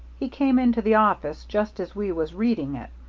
he came into the office just as we was reading it.